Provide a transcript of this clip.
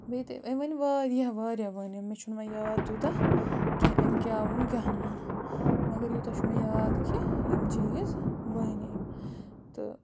بیٚیہِ تہِ أمۍ ؤنۍ واریاہ واریاہ ؤنۍ أمۍ مےٚ چھُنہٕ وۄنۍ یاد تیوٗتاہ کیٚنٛہہ أمۍ کیٛاہ ووٚن کیٛاہ نہٕ ووٚن مگر یوٗتاہ چھُ مےٚ یاد کہِ یِم چیٖز ؤنۍ أمۍ تہٕ